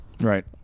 Right